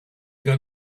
got